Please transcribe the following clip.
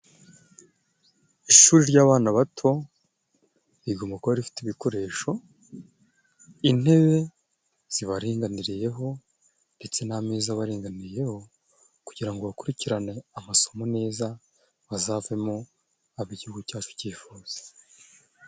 Ishuri ry'abana bato rigomba kuba rifite ibikoresho, intebe zibaringaniriyeho ndetse n'ameza baringaniyeho, kugira ngo bakurikirane amasomo neza bazavemo abo igihugu cyacu cyifuza.